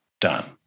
done